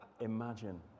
imagine